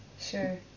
sure